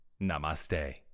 Namaste